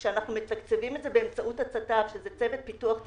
כשאנחנו מתקצבים את זה באמצעות הצת"פ שזה צוות פיתוח תיירותי.